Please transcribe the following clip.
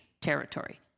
territory